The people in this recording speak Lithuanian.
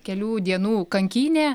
kelių dienų kankynė